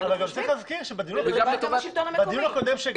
ולטובת השלטון המקומי.